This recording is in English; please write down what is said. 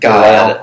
God